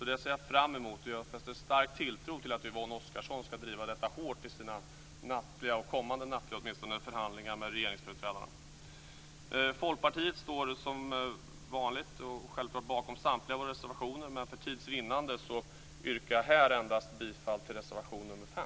Det ser jag alltså fram emot, och jag fäster stark tilltro till att Yvonne Oscarsson ska driva detta hårt i sina kommande nattliga förhandlingar med regeringsföreträdarna. Vi i Folkpartiet står självklart som vanligt bakom samtliga våra reservationer, men för tids vinnande yrkar jag här bifall endast till reservation 5.